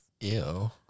Ew